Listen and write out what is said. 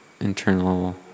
internal